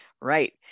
Right